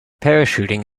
parachuting